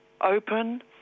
open